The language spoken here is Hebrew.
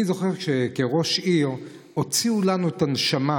אני זוכר שכראש עיר הוציאו לנו את הנשמה,